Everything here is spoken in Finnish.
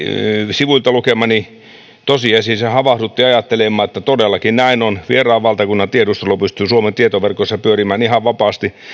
sivuilta lukemani tosiasia havahdutti ajattelemaan että todellakin näin on vieraan valtakunnan tiedustelu pystyy suomen tietoverkoissa pyörimään ihan vapaasti